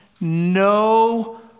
no